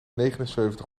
negenenzeventig